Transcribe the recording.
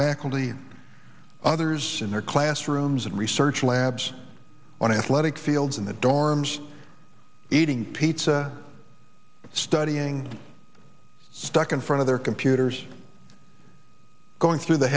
faculty and others in their classrooms and research labs on a flooded fields in the dorms eating pizza studying stuck in front of their computers going through the